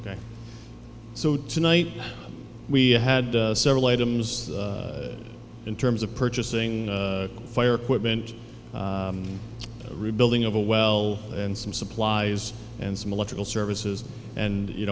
k so tonight we had several items in terms of purchasing fire equipment and rebuilding of a well and some supplies and some electrical services and you